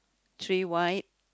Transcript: three white